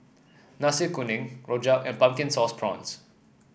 Nasi Kuning Rojak and Pumpkin Sauce Prawns